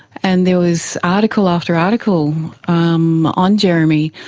and there was article after article um on jeremy.